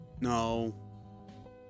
no